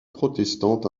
protestante